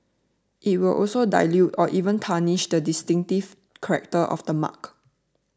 it will also dilute or even tarnish the distinctive character of the mark